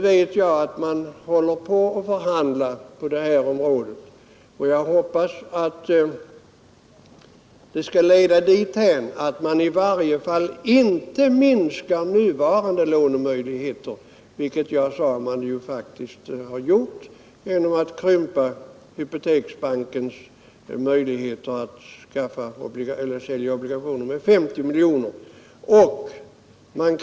Jag vet att man håller på att förhandla på det här området, och jag hoppas att det skall leda dithän att man i varje fall inte minskar nuvarande lånemöjligheter, vilket man faktiskt har gjort genom att krympa Hypoteksbankens möjligheter att sälja obligationer med 50 miljoner kronor.